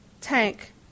Tank